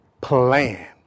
plan